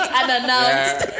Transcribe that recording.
unannounced